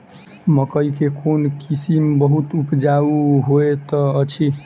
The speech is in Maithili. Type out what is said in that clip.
मकई केँ कोण किसिम बहुत उपजाउ होए तऽ अछि?